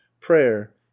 Prayer